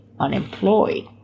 unemployed